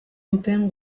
duten